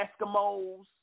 Eskimos